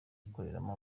ikoreramo